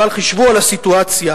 אבל חשבו על הסיטואציה